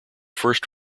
first